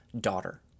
daughter